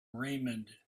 raymond